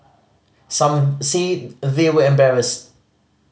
some said they were embarrassed